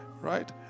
Right